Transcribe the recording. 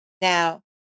now